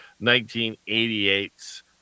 1988's